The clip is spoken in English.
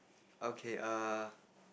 okay err